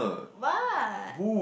what